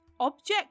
object